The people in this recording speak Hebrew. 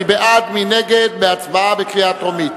מי בעד, מי נגד, בהצבעה בקריאה טרומית?